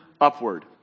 upward